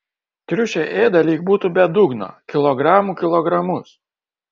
triušiai ėda lyg būtų be dugno kilogramų kilogramus